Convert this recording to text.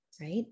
Right